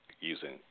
using